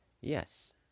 Yes